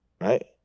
Right